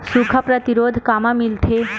सुखा प्रतिरोध कामा मिलथे?